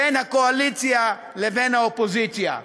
בין הקואליציה לבין האופוזיציה.